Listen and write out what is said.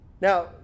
Now